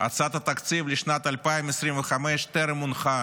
הצעת התקציב לשנת 2025 טרם הונחה